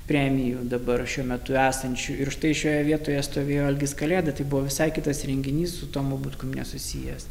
premijų dabar šiuo metu esančių ir štai šioje vietoje stovėjo algis kalėda tai buvo visai kitas renginys su tomu butkum nesusijęs